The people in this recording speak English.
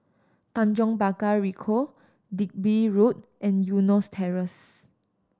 Tanjong Pagar Ricoh Digby Road and Eunos Terrace